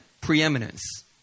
preeminence